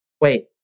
wait